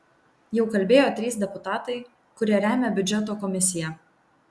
jau kalbėjo trys deputatai kurie remia biudžeto komisiją